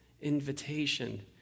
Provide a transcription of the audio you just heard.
invitation